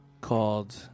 called